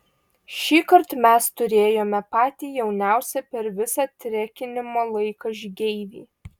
šįkart mes turėjome patį jauniausią per visą trekinimo laiką žygeivį